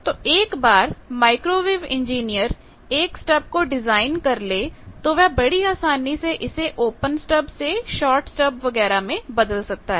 तो एक बार माइक्रोवेव इंजीनियर एक स्टब को डिजाइन कर ले तो वह बड़ी आसानी से इसे ओपन स्टब से शार्ट स्टब वगैरह में बदल सकता है